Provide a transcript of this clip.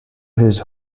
his